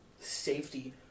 safety